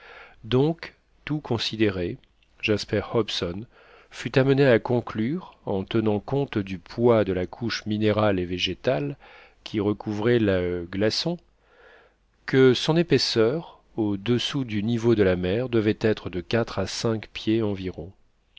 donc tout considéré jasper hobson fut amené à conclure en tenant compte du poids de la couche minérale et végétale qui recouvrait le glaçon que son épaisseur au-dessous du niveau de la mer devait être de quatre à cinq pieds environ